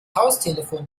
haustelefon